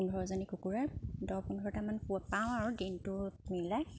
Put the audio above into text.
পোন্ধৰজনী কুকুৰা দহ পোন্ধৰটামান পাওঁ আৰু দিনটোত মিলাই